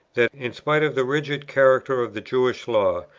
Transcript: that, in spite of the rigid character of the jewish law,